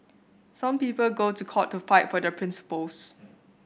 some people go to court to fight for their principles